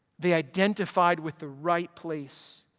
they identified with the right place.